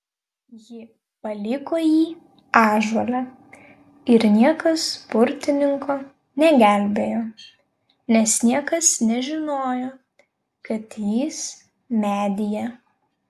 ji paliko jį ąžuole ir niekas burtininko negelbėjo nes niekas nežinojo kad jis medyje